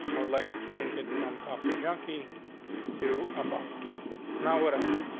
i would like to change it from coffee junkie to about now. what else?